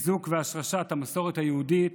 חיזוק והשרשת המסורת היהודית,